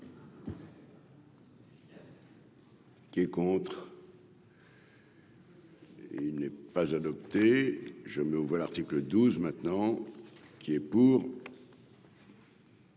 Qui est contre. Et il n'est pas adopté, je mets aux voix, l'article 12 maintenant, qui est pour.